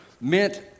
meant